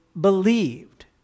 believed